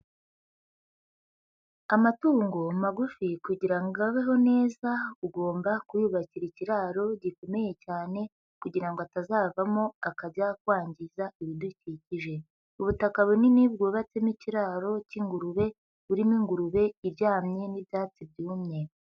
Amatungo magufi kugira ngo abeho neza ugomba kuyubakira ikiraro gikomeye cyane kugira ngo atazavamo akajya kwangiza ibidukikije, ubutaka bunini bwubatsemo ikiraro cy'ingurube burimo ingurube iryamye n'ibyatsi byumye.